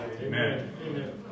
Amen